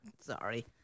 Sorry